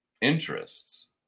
interests